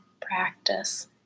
practice